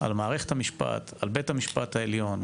על מערכת המשפט, על בית-המשפט העליון.